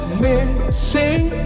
missing